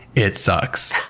it sucks.